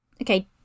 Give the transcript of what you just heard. Okay